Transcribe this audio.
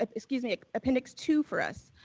ah excuse me, appendix two for us.